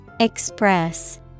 Express